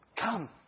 come